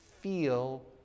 feel